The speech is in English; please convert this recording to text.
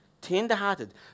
Tender-hearted